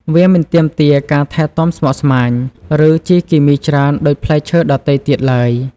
វាមិនទាមទារការថែទាំស្មុគស្មាញ ឬជីគីមីច្រើនដូចផ្លែឈើដទៃទៀតឡើយ។